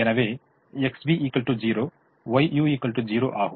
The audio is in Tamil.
எனவே Xv 0 Yu ௦ ஆகும்